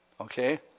Okay